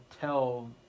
tell